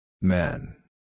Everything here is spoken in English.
Men